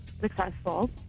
successful